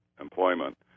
employment